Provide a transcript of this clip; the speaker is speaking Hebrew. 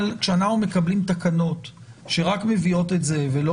אבל אנחנו מקבלים תקנות שרק מביאות את זה ולא